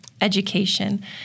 education